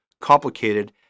complicated